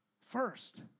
first